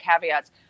caveats